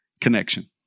Connection